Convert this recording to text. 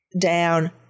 down